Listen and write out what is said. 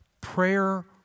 prayer